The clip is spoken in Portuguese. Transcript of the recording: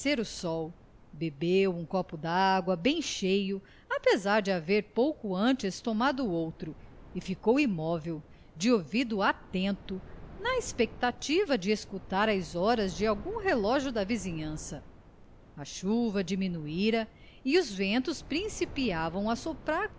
aparecer o sol bebeu um copo dágua bem cheio apesar de haver pouco antes tomado outro e ficou imóvel de ouvido atento na expectativa de escutar as horas de algum relógio da vizinhança a chuva diminuíra e os ventos principiavam a soprar